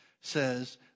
says